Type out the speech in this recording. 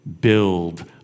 build